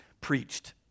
preached